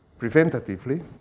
preventatively